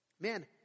Man